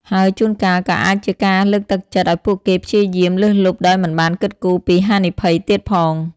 ហើយជួនកាលក៏អាចជាការលើកទឹកចិត្តឱ្យពួកគេព្យាយាមលើសលប់ដោយមិនបានគិតគូរពីហានិភ័យទៀតផង។